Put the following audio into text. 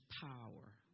power